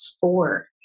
four